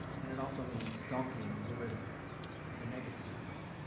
and it also means donkey in the derivative the negative derivative.